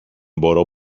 μπορώ